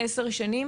עשר שנים.